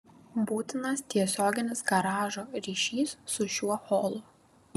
būtinas tiesioginis garažo ryšys su šiuo holu